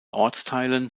ortsteilen